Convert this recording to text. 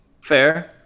Fair